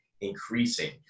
increasing